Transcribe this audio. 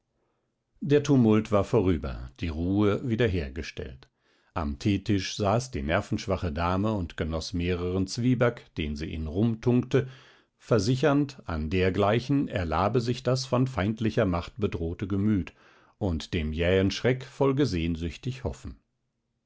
der tumult war vorüber die ruhe wieder hergestellt am teetisch saß die nervenschwache dame und genoß mehreren zwieback den sie in rum tunkte versichernd an dergleichen erlabe sich das von feindlicher macht bedrohte gemüt und dem jähen schreck folge sehnsüchtig hoffen